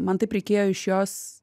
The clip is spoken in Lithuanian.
man taip reikėjo iš jos